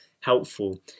helpful